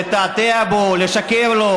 לתעתע בו לשקר לו.